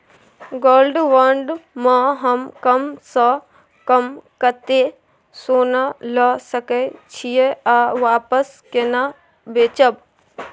Gold bond म हम कम स कम कत्ते सोना ल सके छिए आ वापस केना बेचब?